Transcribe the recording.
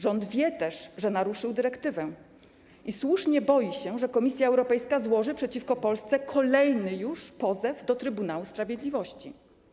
Rząd wie też, że naruszył dyrektywę, i słusznie boi się, że Komisja Europejska złoży przeciwko Polsce kolejny już pozew do Trybunału Sprawiedliwości.